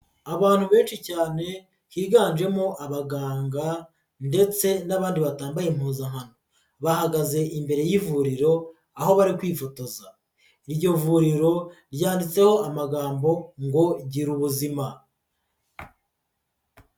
Abantu benshi cyane higanjemo abaganga ndetse n'abandi batambaye impuzankano, bahagaze imbere y'ivuriro aho bari kwifotoza, iryo vuriro ryanditseho amagambo ngo gira ubuzima.